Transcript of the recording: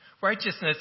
Righteousness